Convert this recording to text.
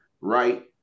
right